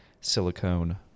silicone